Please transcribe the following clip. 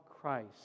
Christ